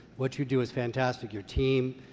what you do is fantastic, your team.